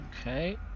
Okay